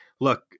look